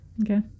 Okay